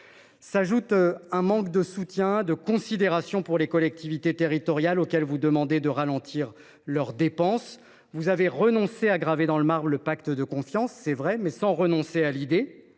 tableau le manque de soutien et de considération dont pâtissent les collectivités territoriales, auxquelles vous demandez de ralentir leurs dépenses. Vous avez renoncé à graver dans le marbre le pacte de confiance, c’est vrai, mais sans renoncer à l’idée.